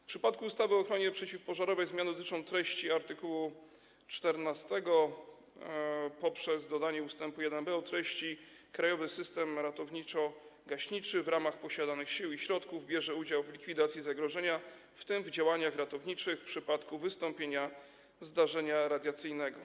W przypadku ustawy o ochronie przeciwpożarowej zmiany dotyczą treści art. 14 poprzez dodanie ust. 1b o treści: „Krajowy system ratowniczo-gaśniczy w ramach posiadanych sił i środków bierze udział w likwidacji zagrożenia, w tym w działaniach ratowniczych, w przypadku wystąpienia zdarzenia radiacyjnego”